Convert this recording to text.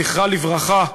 זכרה לברכה,